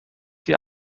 sie